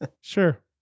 Sure